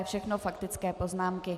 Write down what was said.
Všechno faktické poznámky.